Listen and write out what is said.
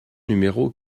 numéro